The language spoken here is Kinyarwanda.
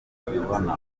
abibona